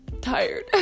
Tired